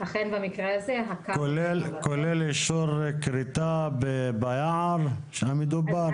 כולל אישור כריתה ביער המדובר?